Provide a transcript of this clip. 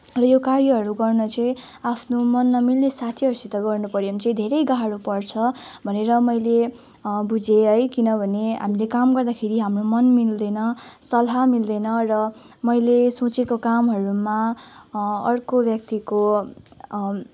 र यो कार्यहरू गर्न चाहिँ आफ्नो मन नमिल्ने साथीहरूसित गर्नु पऱ्यो भने चाहिँ धेरै गाह्रो पर्छ भनेर मैले बुजेँ है किनभने हामीले काम गर्दाखेरि हाम्रो मन मिल्दैन सल्लाह मिल्दैन र मैले सोचेको कामहरूमा अर्को व्यक्तिको